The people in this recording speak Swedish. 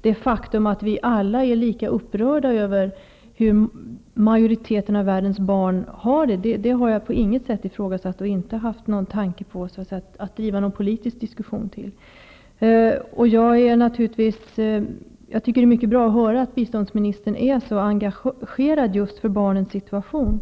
det faktum att vi alla är lika upprörda över hur majoriteten av världens barn har det har jag inte på något sätt ifrågasatt och inte haft någon tanke på att föra någon politisk diskussion kring. Jag tycker att det är mycket bra att höra att biståndsministern är så engaga read för just barnens situation.